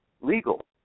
legal